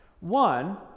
One